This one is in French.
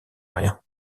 rien